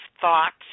thoughts